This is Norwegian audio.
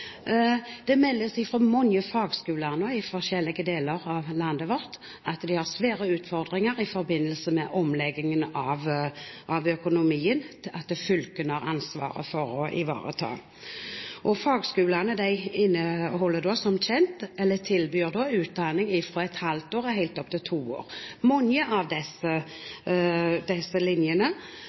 Det meldes nå fra mange fagskoler i forskjellige deler av landet vårt at de har store utfordringer i forbindelse med omleggingen av økonomien, og at fylkene skal ivareta ansvaret. Fagskolene tilbyr som kjent utdanning fra et halvt år og helt opp til to år. Mye av